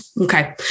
okay